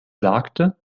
sagte